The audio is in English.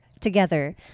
together